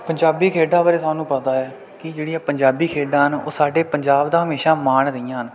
ਪੰਜਾਬੀ ਖੇਡਾਂ ਬਾਰੇ ਸਾਨੂੰ ਪਤਾ ਹੈ ਕਿ ਜਿਹੜੀਆਂ ਪੰਜਾਬੀ ਖੇਡਾਂ ਹਨ ਉਹ ਸਾਡੇ ਪੰਜਾਬ ਦਾ ਹਮੇਸ਼ਾ ਮਾਣ ਰਹੀਆਂ ਹਨ